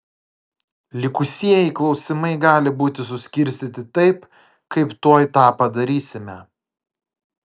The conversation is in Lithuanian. likusieji klausimai gali būti suskirstyti taip kaip tuoj tą padarysime